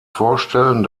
vorstellen